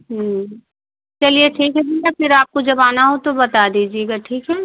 चलिए ठीक है भैया फिर आपको जब आना हो तो बता दीजिएगा ठीक है